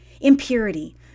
impurity